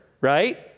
right